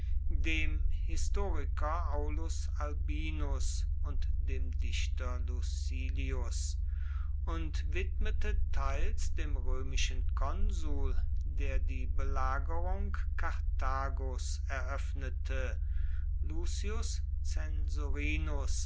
dem historiker aulus albinus und dem dichter lucilius und widmete teils dem römischen konsul der die belagerung karthagos eröffnete lucius censorinus